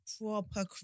proper